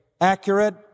accurate